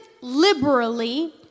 liberally